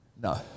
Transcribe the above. no